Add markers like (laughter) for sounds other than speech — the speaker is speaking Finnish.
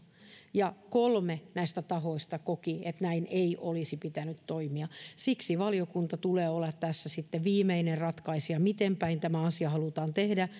kolme näistä tahoista koki että näin ei olisi pitänyt toimia siksi valiokunnan tulee olla tässä sitten viimeinen ratkaisija miten päin tämä asia halutaan tehdä (unintelligible)